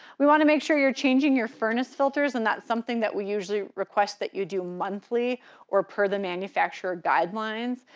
we wanna make sure you're changing your furnace filters, and that's something that we usually request that you do monthly or per the manufacturer guidelines.